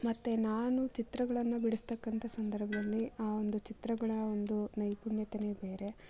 ಮತ್ತೆ ನಾನು ಚಿತ್ರಗಳನ್ನು ಬಿಡಿಸ್ತಕ್ಕಂಥ ಸಂದರ್ಭದಲ್ಲಿ ಆ ಒಂದು ಚಿತ್ರಗಳ ಒಂದು ನೈಪುಣ್ಯತೆಯೇ ಬೇರೆ